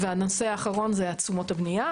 והנושא האחרון זה תשומות הבנייה.